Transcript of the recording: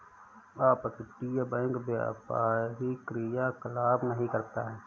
अपतटीय बैंक व्यापारी क्रियाकलाप नहीं करता है